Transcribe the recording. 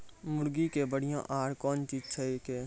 मुर्गी के बढ़िया आहार कौन चीज छै के?